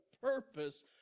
purpose